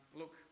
look